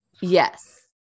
Yes